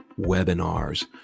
webinars